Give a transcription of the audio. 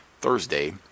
Thursday